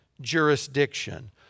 jurisdiction